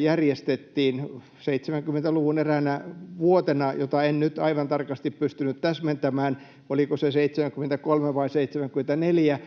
järjestettiin 70-luvun eräänä vuotena, jota en nyt aivan tarkasti pysty täsmentämään, oliko se 73 vai 74,